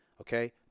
Okay